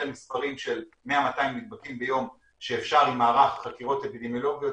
למספרים של 200-100 נדבקים ביום שאפשר עם מערך חקירות אפידמיולוגיות,